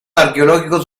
arqueológicos